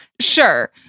sure